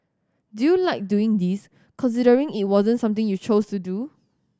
do you like doing this considering it wasn't something you chose to do